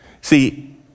See